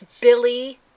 billy